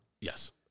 Yes